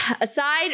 Aside